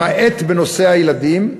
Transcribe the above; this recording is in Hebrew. למעט בנושא הילדים,